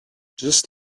just